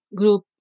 group